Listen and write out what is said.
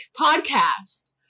podcast